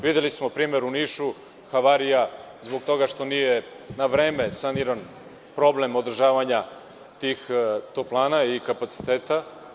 Videli smo primer u Nišu, havarija zbog toga što nije na vreme saniran problem održavanja toplana i kapaciteta.